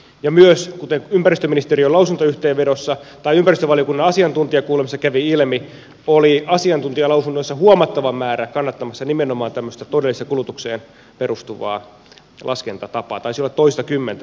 ja myös kuten ympäristöministeriön lausuntoyhteenvedossa tai ympäristövaliokunnan asiantuntijakuulemisessa kävi ilmi oli asiantuntijalausunnoissa huomattava määrä kannattamassa nimenomaan tämmöistä todelliseen kulutukseen perustuvaa laskentatapaa taisi olla toistakymmentä erilaista asiantuntijatahoa